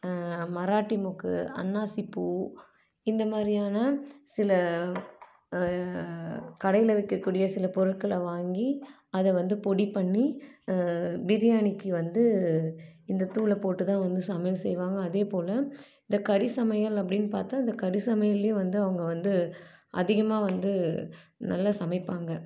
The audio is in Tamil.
மராட்டி முக்கு அன்னாசிப்பூ இந்தமாதிரியான சில கடையில் விற்கக்கூடிய சில பொருட்களை வாங்கி அதை வந்து பொடி பண்ணி பிரியாணிக்கு வந்து இந்த தூள் போட்டு தான் வந்து சமையல் செய்வாங்க அதே போல இந்த கறி சமையல் அப்படின்னு பார்த்தா இந்த கறி சமையலில் வந்து அவங்க வந்து அதிகமாக வந்து நல்லா சமைப்பாங்க